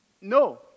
No